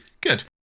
Good